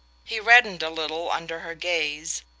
he reddened a little under her gaze,